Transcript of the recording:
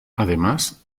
además